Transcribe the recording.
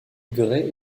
gray